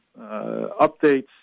updates